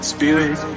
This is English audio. Spirit